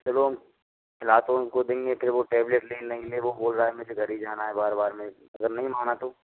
चलो खिला तो उनको देंगे फिर टैबलेट ले नहीं ले वो बोल रहा है मुझे घर ही जाना है बार बार में अगर नहीं माना तो